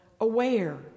aware